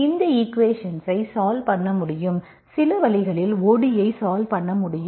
இந்த ஈக்குவேஷன்ஐ சால்வ் பண்ண முடியும் சில வழிகளில் ODE ஐ சால்வ் பண்ண முடியும்